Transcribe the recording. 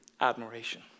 admiration